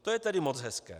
To je tedy moc hezké.